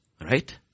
Right